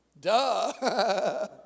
Duh